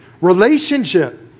relationship